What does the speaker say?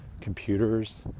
computers